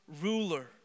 ruler